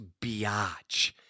biatch